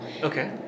Okay